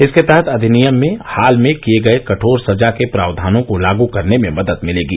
इसके तहत अविनियम में हाल में किये गये कठोर सजा के प्रावधानों को लागू करने में मदद मिलेगी